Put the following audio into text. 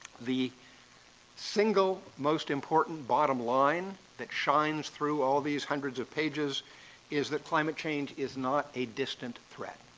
the single most important bottom line that shines through all these hundreds of pages is that climate change is not a distant threat.